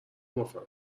بافتم